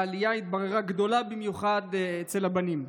העלייה התבררה כגדולה במיוחד אצל הבנים.